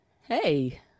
Hey